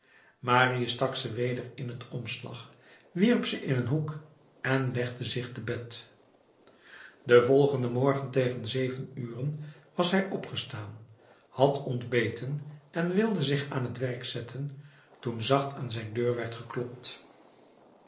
marius stak ze weder in het omslag wierp ze in een hoek en legde zich te bed den volgenden morgen tegen zeven uren was hij opgestaan had ontbeten en wilde zich aan t werk zetten toen zacht aan zijn deur werd geklopt